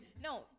No